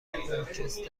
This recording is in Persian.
ارکستر